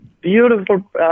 beautiful